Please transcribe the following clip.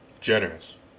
Generous